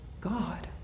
God